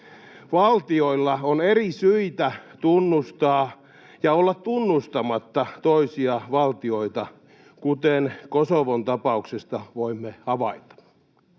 Valtioilla on eri syitä tunnustaa ja olla tunnustamatta toisia valtioita, kuten Kosovon tapauksesta voimme havaita.